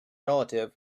relative